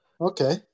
okay